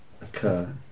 occur